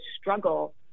struggle